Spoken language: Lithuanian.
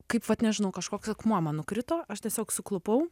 kaip vat nežinau kažkoks akmuo man nukrito aš tiesiog suklupau